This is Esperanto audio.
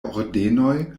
ordenoj